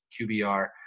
QBR